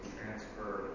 transfer